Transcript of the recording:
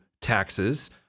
taxes